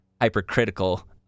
hypercritical